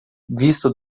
visto